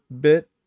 bit